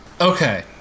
Okay